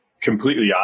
completely